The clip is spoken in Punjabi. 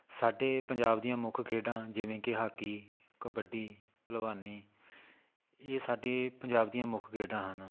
ਸਾਡੇ ਪੰਜਾਬ ਦੀਆਂ ਮੁੱਖ ਖੇਡਾਂ ਜਿਵੇਂ ਕਿ ਹਾਕੀ ਕਬੱਡੀ ਭਲਵਾਨੀ ਇਹ ਸਾਡੇ ਪੰਜਾਬ ਦੀਆਂ ਮੁੱਖ ਖੇਡਾਂ ਹਨ